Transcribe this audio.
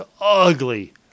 ugly